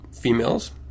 females